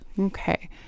Okay